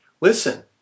listen